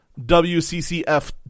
WCCF